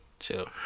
chill